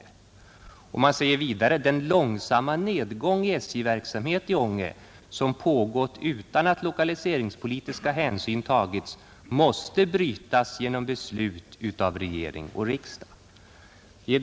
Och kommunstyrelsen säger vidare: Den långsamma nedgång i SJ-verksamhet i Ånge, som pågått utan att lokaliseringspolitiska hänsyn tagits, måste brytas genom beslut av regering och riksdag.